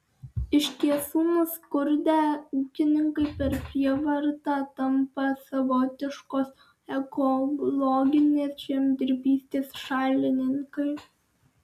iš tiesų nuskurdę ūkininkai per prievartą tampa savotiškos ekologinės žemdirbystės šalininkai